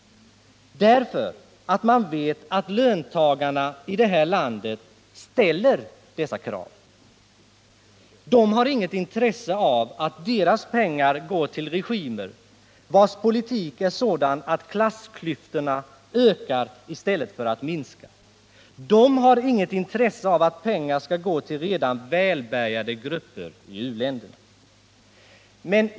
Man vet nämligen att löntagarna i det här landet ställer dessa krav. De har inget intresse av att deras pengar går till regimer, vilkas politik är sådan att klassklyftorna ökar i stället för att minska. De har inget intresse av att pengar går till redan välbärgade grupper i u-länderna.